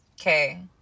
okay